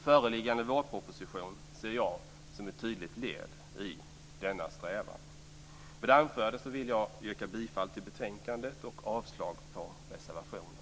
Föreliggande vårproposition ser jag som ett tydligt led i denna strävan. Med det anförda yrkar jag bifall till hemställan i betänkandet och avslag på reservationerna.